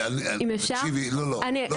לא.